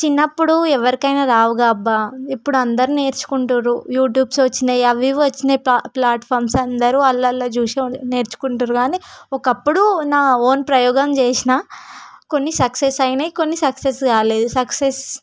చిన్నప్పుడు ఎవరికైనా రావుగా అబ్బా ఇప్పుడు అందరూ నేర్చుకుంటున్నారు యూటుబ్స్ వచ్చాయి అవి ఇవి వచ్చాయి ప్లా ప్లాట్ఫార్మ్స్ అందరూ అందులో చూసి నేర్చుకుంటున్నారు కానీ ఒకప్పుడు నా ఓన్ ప్రయోగం చేసాను కొన్ని సక్సెస్ అయ్యాయి కొన్ని సక్సెస్ కాలేదు సక్సెస్